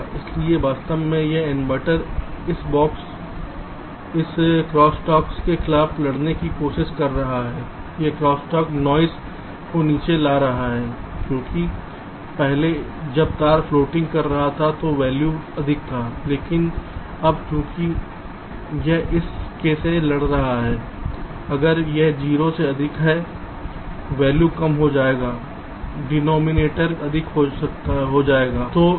इसलिए वास्तव में यह इन्वर्टर इस क्रॉस टॉक के खिलाफ लड़ने की कोशिश कर रहा है यह क्रॉस टॉक नॉइस को नीचे ला रहा है क्योंकि पहले जब तार फ्लोटिंग कर रहा था तो वैल्यू अधिक था लेकिन अब चूंकि यह इस k से लड़ रहा है अगर यह 0 से अधिक है वैल्यू कम हो जाएगा डिनोमिनेटर अधिक हो जाएगा ठीक है